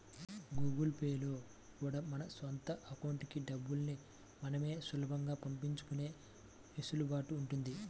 Google Pay లో కూడా మన సొంత అకౌంట్లకి డబ్బుల్ని మనమే సులభంగా పంపించుకునే వెసులుబాటు ఉంది